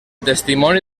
testimoni